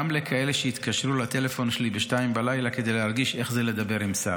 גם לכאלה שהתקשרו לטלפון שלי ב-02:00 כדי להרגיש איך זה לדבר עם שר.